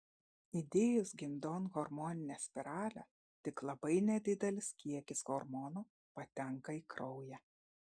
įdėjus gimdon hormoninę spiralę tik labai nedidelis kiekis hormonų patenka į kraują